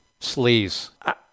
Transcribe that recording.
sleaze